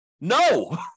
No